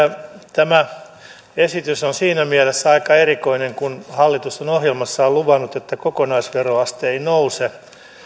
tämä esitys on siinä mielessä aika erikoinen kun hallitus on ohjelmassaan luvannut että kokonaisveroaste ei nouse